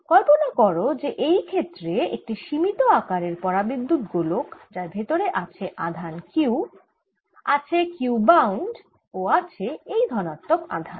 কল্পনা করো যে এই ক্ষেত্রে একটি সীমিত আকারের পরাবিদ্যুত গোলক যার ভেতরে আছে আধান Q আছে Q বাউন্ড ও আছে এই ধনাত্মক আধান